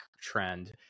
trend